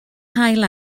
haul